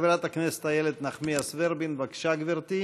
חברת הכנסת איילת נחמיאס ורבין, בבקשה, גברתי.